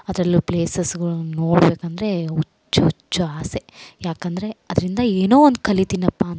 ಅದರಲ್ಲು ಪ್ಲೇಸಸ್ಗಳು ನೋಡ್ಬೇಕಂದರೆ ಹುಚ್ಚು ಹುಚ್ಚು ಆಸೆ ಯಾಕಂದರೆ ಅದರಿಂದ ಏನೋ ಒಂದು ಕಲಿತೀನಪ್ಪ ಅಂತ